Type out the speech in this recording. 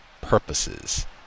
purposes